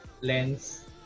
Lens